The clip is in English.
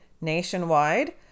nationwide